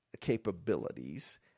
capabilities